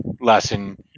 lesson